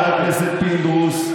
וחבר הכנסת פינדרוס,